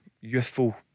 youthful